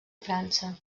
frança